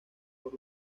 por